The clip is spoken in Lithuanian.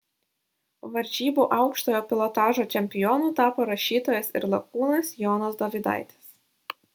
varžybų aukštojo pilotažo čempionu tapo rašytojas ir lakūnas jonas dovydaitis